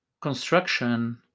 construction